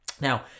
Now